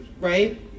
right